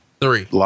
three